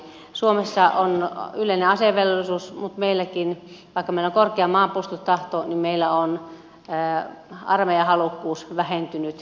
suomessa on yleinen asevelvollisuus mutta meilläkin vaikka meillä on korkea maanpuolustustahto on armeijahalukkuus vähentynyt